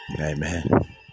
amen